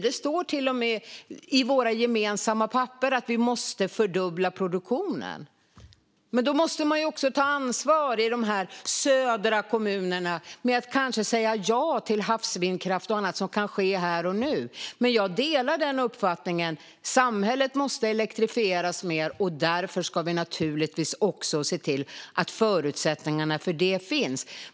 Det står till och med i våra gemensamma papper att vi måste fördubbla produktionen. Men då måste man också ta ansvar i de södra kommunerna och kanske säga ja till havsvindkraft och annat som kan ske här och nu. Jag delar uppfattningen att samhället måste elektrifieras mer, och därför ska vi naturligtvis också se till att förutsättningarna för det finns.